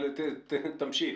אבל תמשיך.